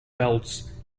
belts